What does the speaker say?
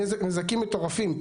נזקים מטורפים,